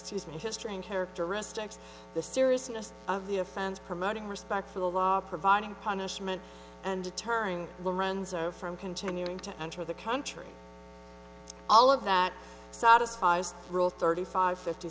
made history and characteristics the seriousness of the offense promoting respect for the law providing punishment and deterring lorenzo from continuing to enter the country all of that satisfies rule thirty five fifty